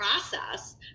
process